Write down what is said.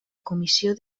comissió